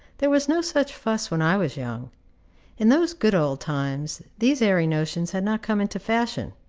there was no such fuss when i was young in those good old times these airy notions had not come into fashion.